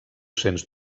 sens